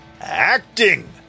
Acting